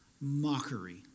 mockery